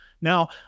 Now